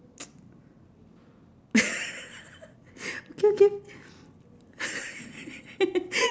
okay okay